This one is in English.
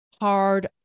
hard